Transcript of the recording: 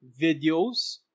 videos